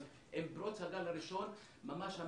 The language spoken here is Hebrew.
אבל עם פרוץ הגל הראשון המשרד,